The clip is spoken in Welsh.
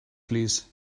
plîs